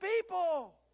people